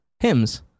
Hymns